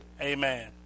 Amen